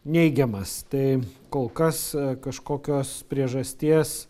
neigiamas tai kol kas kažkokios priežasties